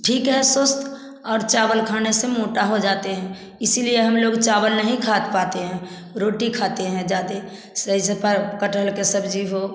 ठीक है स्वस्थ और चावल खाने से मोटा हो जाते हैं इसीलिए हम लोग चावल नहीं खा पाते है रोटी खाते है ज्यादा सही से कटहल की सब्जी हो